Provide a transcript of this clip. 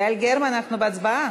יעל גרמן, אנחנו בהצבעה.